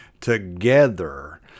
together